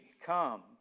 come